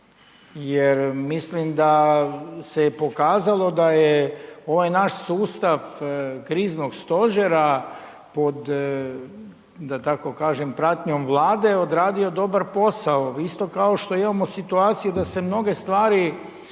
jer mislim da se je pokazalo da je ovaj naš sustav kriznog stožera pod, da tako kažem, pratnjom Vlade odradio dobar posao. Isto kao što imamo situaciju da se mnoge stvari